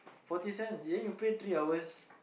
forty cent then you play three hours